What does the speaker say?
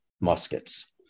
muskets